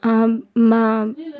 মা